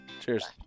Cheers